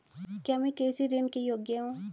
क्या मैं कृषि ऋण के योग्य हूँ?